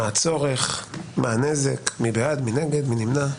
מה הצורך, מה הנזק, מי בעד, מי נגד, מי נמנע?